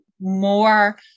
more